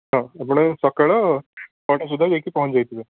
ହଁ ଆପଣ ସକାଳ ଛଅଟା ସୁଦ୍ଧା ଯାଇକି ପହଞ୍ଚି ଯାଇଥିବେ